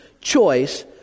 choice